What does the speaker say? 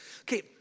Okay